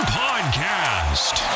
podcast